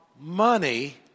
money